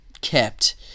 kept